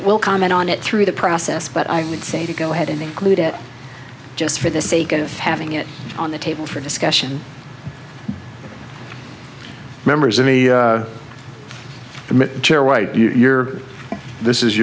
will comment on it through the process but i would say to go ahead and include it just for the sake of having it on the table for discussion members of the chair why you're this is